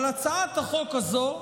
אבל הצעת החוק הזו,